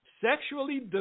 Sexually